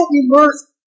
immersed